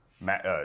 Matt